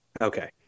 Okay